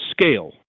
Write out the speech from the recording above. scale